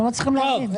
אנחנו לא מצליחים להבין.